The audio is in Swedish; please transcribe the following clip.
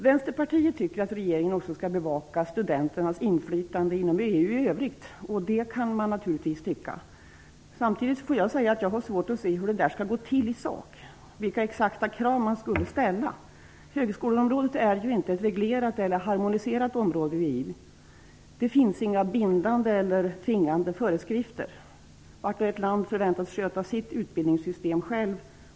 Vänsterpartiet tycker att regeringen också skall bevaka studenternas inflytande inom EU i övrigt. Det kan man naturligtvis tycka. Samtidigt får jag säga att jag har svårt att se hur detta skulle gå till i sak - vilka exakta krav man skulle ställa. Högskoleområdet är ju inte ett reglerat eller harmoniserat område i EU. Det finns inga bindande eller tvingande föreskrifter. Vart och ett av länderna förväntas att sköta sitt eget utbildningssystem.